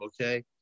okay